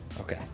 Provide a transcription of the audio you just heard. Okay